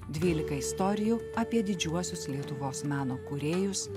dvylika istorijų apie didžiuosius lietuvos meno kūrėjus